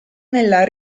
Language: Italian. nella